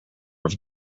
have